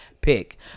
pick